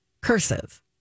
cursive